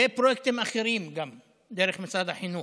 ופרויקטים אחרים, גם דרך משרד החינוך.